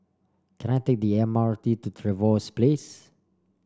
can I take the M R T to Trevose Place